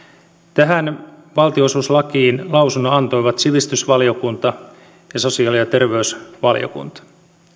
tähän valtionosuuslakiin lausunnon antoivat sivistysvaliokunta ja sosiaali ja terveysvaliokunta